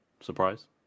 Surprise